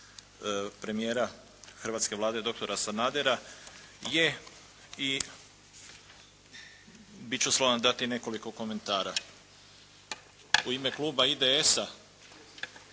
premijera hrvatske Vlade doktora Sanadera je i bit ću slobodan dati nekoliko komentara. U ime kluba IDS-a